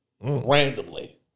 Randomly